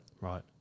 Right